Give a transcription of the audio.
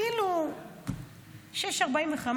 ב-06:45